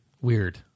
Weird